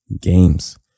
games